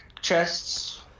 chests